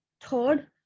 Third